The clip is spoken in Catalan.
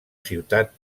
ciutat